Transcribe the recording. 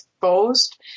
exposed